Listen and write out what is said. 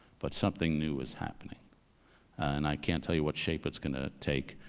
but something new was happening and i can't tell you what shape it's gonna take,